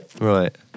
Right